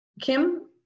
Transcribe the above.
Kim